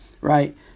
right